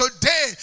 today